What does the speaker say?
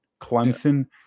Clemson